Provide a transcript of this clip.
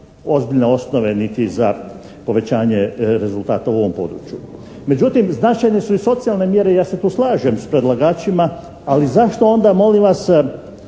ozbiljne osnove niti za povećanje rezultata u ovom području. Međutim značajne su i socijalne mjere, ja se tu slažem sa predlagačima. Ali zašto onda molim vas